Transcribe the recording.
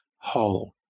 whole